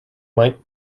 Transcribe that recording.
might